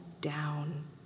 down